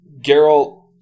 Geralt